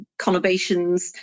conurbations